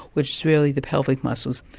which is really the pelvic muscles.